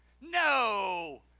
no